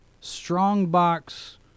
strongbox